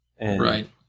Right